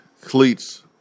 cleats